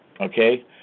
okay